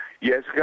Yes